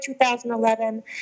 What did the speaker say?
2011